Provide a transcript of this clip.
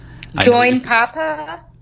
Joinpapa